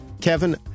Kevin